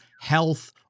health